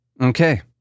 Okay